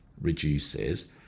reduces